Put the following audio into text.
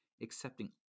accepting